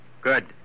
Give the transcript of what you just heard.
Good